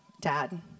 dad